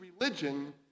religion